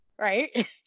right